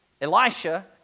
Elisha